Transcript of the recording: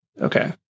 Okay